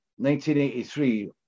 1983